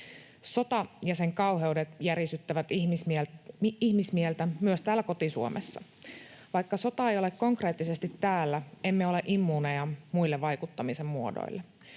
Sota ja sen kauheudet järisyttävät ihmismieltä myös täällä koti-Suomessa. Vaikka sota ei ole konkreettisesti täällä, emme ole immuuneja muille vaikuttamisen muodoille.